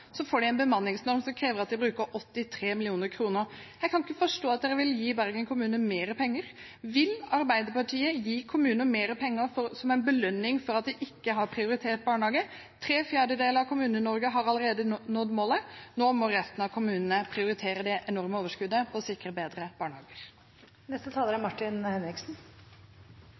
så får de en bemanningsnorm som krever at de bruker 83 mill. kr. Jeg kan ikke forstå at dere vil gi Bergen kommune mer penger. Vil Arbeiderpartiet gi kommuner mer penger som en belønning for at de ikke har prioritert barnehage? Tre fjerdedeler av Kommune-Norge har allerede nådd målet, nå må resten av kommunene prioritere det enorme overskuddet og sikre bedre barnehager. Jeg registrerer at regjeringspartiene nok en gang er